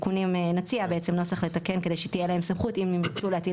נציע נוסח לתקן כדי שתהיה להם סמכות אם ירצו להטיל